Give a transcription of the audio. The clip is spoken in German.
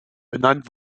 benannt